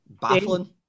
baffling